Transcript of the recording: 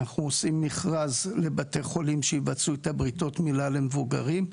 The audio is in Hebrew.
אנחנו עושים מכרז לבתי חולים שיבצעו את בריתות המילה למבוגרים.